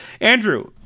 Andrew